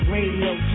Radio